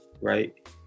right